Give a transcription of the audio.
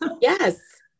Yes